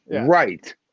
Right